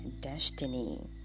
destiny